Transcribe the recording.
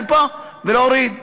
ולהוריד.